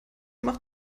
macht